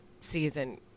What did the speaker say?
season